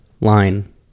line